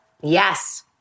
Yes